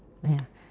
!aiya!